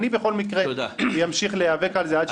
אני בכל מקרה אמשיך להיאבק על זה עד שנשיג.